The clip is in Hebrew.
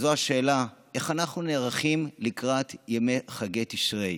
וזו השאלה: איך אנחנו נערכים לקראת ימי חגי תשרי.